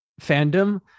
fandom